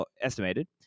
estimated